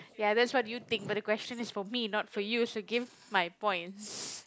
ya that's what you think but the question is for me not for you so give my points